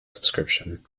subscription